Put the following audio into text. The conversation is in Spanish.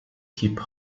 hip